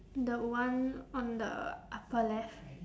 the one on the upper left